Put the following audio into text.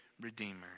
redeemer